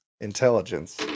intelligence